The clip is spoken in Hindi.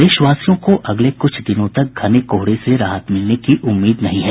प्रदेशवासियों को अगले कुछ दिनों तक घने कोहरे से राहत मिलने की उम्मीद नहीं है